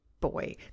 Boy